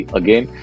again